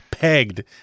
Pegged